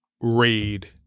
raid